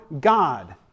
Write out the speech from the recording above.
God